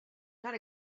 not